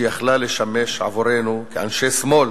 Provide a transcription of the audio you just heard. שיכלה לשמש עבורנו, כאנשי שמאל,